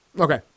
okay